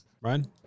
Ryan